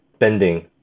bending